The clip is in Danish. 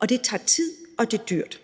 og det tager tid, og det er dyrt.